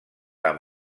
amb